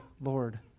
Lord